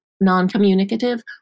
non-communicative